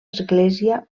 església